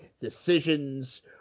decisions